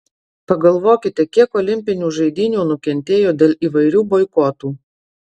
pagalvokite kiek olimpinių žaidynių nukentėjo dėl įvairių boikotų